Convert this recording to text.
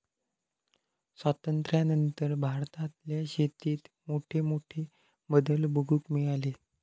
स्वातंत्र्यानंतर भारतातल्या शेतीत मोठमोठे बदल बघूक मिळाले